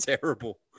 Terrible